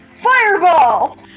Fireball